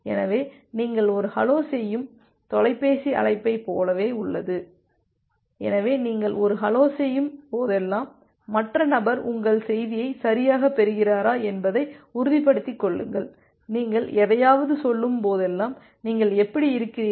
எனவே நீங்கள் ஒரு ஹலோ செய்யும் தொலைபேசி அழைப்பைப் போலவே உள்ளது எனவே நீங்கள் ஒரு ஹலோ செய்யும் போதெல்லாம் மற்ற நபர் உங்கள் செய்தியை சரியாகப் பெறுகிறாரா என்பதை உறுதிப்படுத்திக் கொள்ளுங்கள் நீங்கள் எதையாவது சொல்லும் போதெல்லாம் நீங்கள் எப்படி இருக்கிறீர்கள்